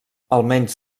almenys